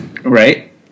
Right